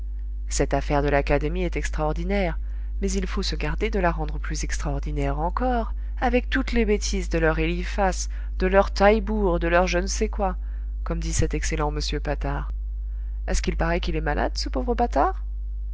cette affaire de l'académie est extraordinaire mais il faut se garder de la rendre plus extraordinaire encore avec toutes les bêtises de leur eliphas de leur taillebourg de leur je ne sais quoi comme dit cet excellent m patard a ce qu'il paraît qu'il est malade ce pauvre patard